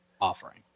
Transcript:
offering